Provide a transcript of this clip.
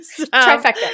Trifecta